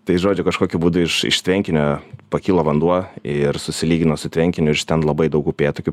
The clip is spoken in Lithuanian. tai žodžiu kažkokiu būdu iš iš tvenkinio pakilo vanduo ir susilygino su tvenkiniu ir iš ten labai daug upėtakių